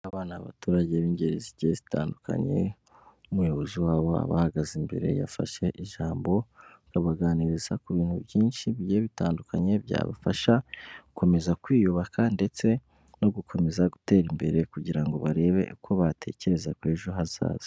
Hari abana n'abaturage b'ingeri zigiye zitandukanye umuyobozi wabo bahagaze imbere yafashe ijambo abaganiriza ku bintu byinshi bitandukanye byabafasha gukomeza kwiyubaka ndetse no gukomeza gutera imbere kugira ngo barebe uko batekereza ejo hazaza.